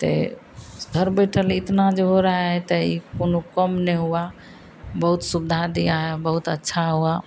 तो घर बैठे इतना जो रहा है तो यह कउनो कम नहीं हुआ बहुत सुविधा दी है बहुत अच्छा हुआ